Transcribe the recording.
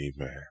Amen